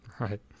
Right